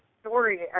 story